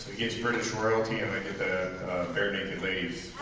gets british royalty, i get the barenaked ladies.